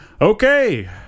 Okay